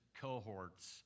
cohorts